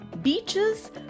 beaches